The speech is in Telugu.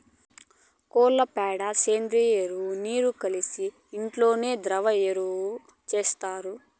కోళ్ల పెండ సేంద్రియ ఎరువు మీరు కలిసి ఇంట్లోనే ద్రవ ఎరువు చేస్తారు